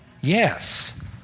Yes